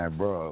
bro